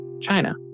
China